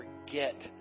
forget